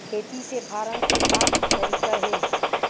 खेती से फारम के का तरीका हे?